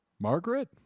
Margaret